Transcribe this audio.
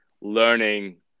learning